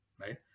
right